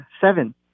Seven